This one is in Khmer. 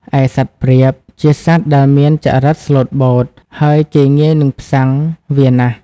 ឯសត្វព្រាប ជាសត្វដែលមានចរិតស្លូតបូត ហើយគេងាយនិងផ្សាំងវាណាស់។